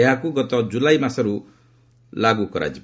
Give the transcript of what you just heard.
ଏହାକୁ ଗତ କୁଲାଇ ମାସରୁ ଲାଗୁ କରାଯିବ